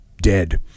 dead